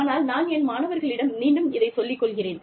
ஆனால் நான் என் மாணவர்களிடம் மீண்டும் இதைச் சொல்லிக்கொள்கிறேன்